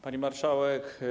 Pani Marszałek!